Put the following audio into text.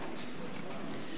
כבוד הנשיא!